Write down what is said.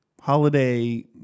holiday